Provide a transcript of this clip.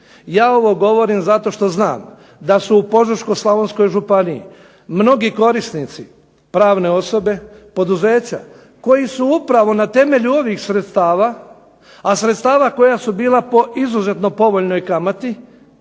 Ja ovo govorim zato što znam da su u Požeško-slavonskoj županiji mnogi korisnici pravne osobe, poduzeća, koji su upravo na temelju ovih sredstava, a sredstava koja su bila po izuzetno povoljnoj kamati,